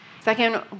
Second